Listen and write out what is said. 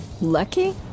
Lucky